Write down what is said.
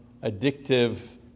addictive